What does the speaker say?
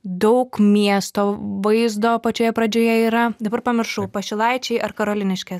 daug miesto vaizdo pačioje pradžioje yra dabar pamiršau pašilaičiai ar karoliniškės